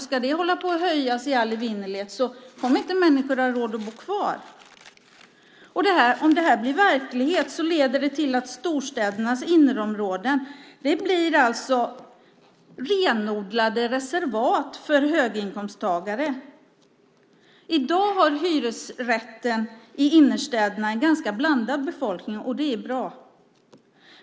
Ska det vara sådana höjningar i all evinnerlighet kommer människor inte att ha råd att bo kvar. Om detta blir verklighet leder det till att storstädernas innerområden blir renodlade reservat för höginkomsttagare. I dag har hyresrätten i innerstäderna en ganska blandad befolkning, och det är bra.